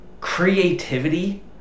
creativity